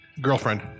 Girlfriend